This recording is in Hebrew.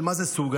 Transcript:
מה זה סוג,